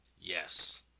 Yes